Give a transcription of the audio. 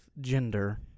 gender